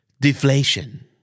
Deflation